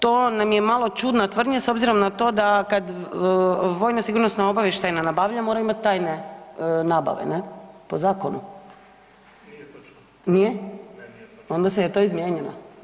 To nam je malo čudna tvrdnja s obzirom na to da kad vojna sigurno obavještajna nabavlja mora imat tajne nabave, ne, po zakonu [[Upadica iz klupe: Nije točno]] Nije? [[Upadica iz klupe: Ne, nije]] Onda se je to izmijenjeno.